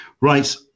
Right